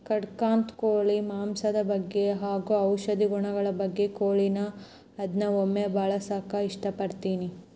ಕಡಖ್ನಾಥ್ ಕೋಳಿ ಮಾಂಸದ ಬಗ್ಗೆ ಹಾಗು ಔಷಧಿ ಗುಣಗಳ ಬಗ್ಗೆ ಕೇಳಿನಿ ಅದ್ನ ಒಮ್ಮೆ ಬಳಸಕ ಇಷ್ಟಪಡ್ತಿನಿ